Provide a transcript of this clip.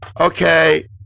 Okay